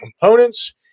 components